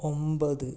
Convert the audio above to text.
ഒമ്പത്